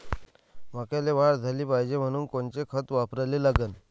मक्याले वाढ झाली पाहिजे म्हनून कोनचे खतं वापराले लागन?